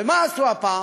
ומה עשו הפעם?